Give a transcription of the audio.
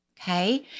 Okay